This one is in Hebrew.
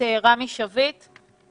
רפואה זה לא מקצוע פיזי קל,